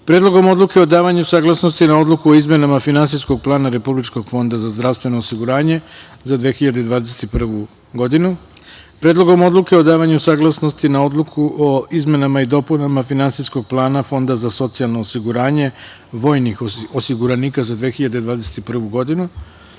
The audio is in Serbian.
Predlogom odluke o davanju saglasnosti na Odluku o izmenama Finansijskog plana Republičkog fonda za zdravstveno osiguranje za 2021. godinu, Predlogom odluke o davanju saglasnosti na Odluku o izmenama i dopunama Finansijskog plana Fonda za socijalno osiguranje vojnih osiguranika za 2021. godinu